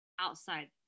outside